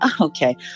okay